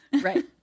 Right